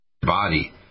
body